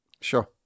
sure